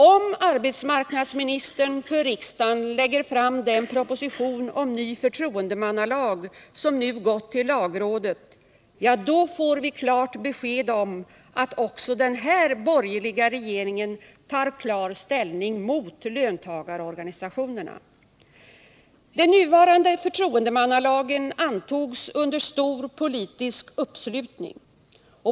Om arbetsmarknadsministern för riksdagen lägger fram den proposition om ny förtroendemannalag som nu gått till lagrådet, får vi klart besked om att också den här borgerliga regeringen tar klar ställning mot löntagarorganisationerna. Den nuvarande förtroendemannalagen antogs under stor politisk uppslutning.